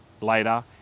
later